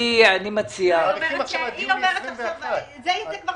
אנחנו מאריכים עכשיו עד יוני 2021. זו כבר